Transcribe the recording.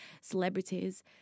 celebrities